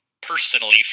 personally